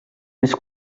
més